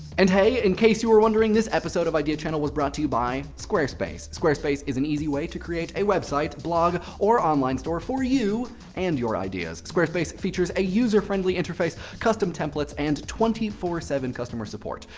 and hey, in case you were wondering, this episode of idea channel was brought to you by squarespace. squarespace is an easy way to create a website, blog, or online store for you and your ideas. squarespace features a user friendly interface, custom templates, and twenty four seven customer support.